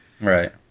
Right